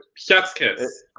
chef's kiss.